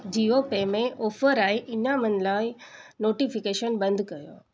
Jio pay में offer आहे ऐं इनामनि लाइ नोटिफिकेशन बंदि करियो